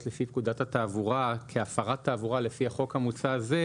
לפי פקודת התעבורה כהפרת תעבורה לפי החוק המוצע הזה,